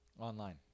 online